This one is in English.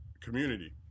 community